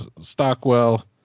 Stockwell